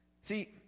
See